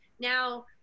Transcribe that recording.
now